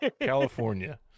California